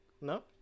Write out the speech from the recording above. No